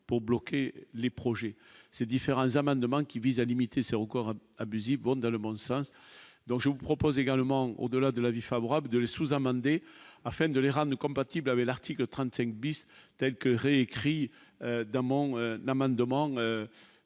pour bloquer les projets ces différents amendements qui visent à limiter ses records abusivement dans le monde, ça, donc je vous propose également, au-delà de l'avis favorable de la sous-amendé afin de les rats ne compatible avec l'article 35 bis tels que réécrit dans mon Naman demande